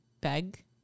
beg